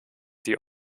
die